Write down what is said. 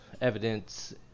evidence